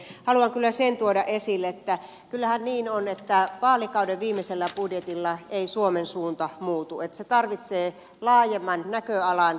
haluan kyllä sen tuoda esille että kyllähän niin on että vaalikauden viimeisellä budjetilla ei suomen suunta muutu että se tarvitsee laajemman näköalan